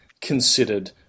considered